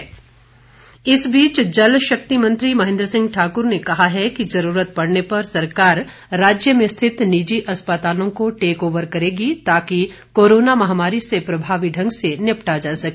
महेन्द्र सिंह इस बीच जल शक्ति मंत्री महेन्द्र सिंह ठाकुर ने कहा है कि ज़रूरत पड़ने पर सरकार राज्य में स्थित निजी अस्पतालों को टेक ओवर करेगी ताकि कोरोना महामारी से प्रभावी ढंग से निपटा जा सके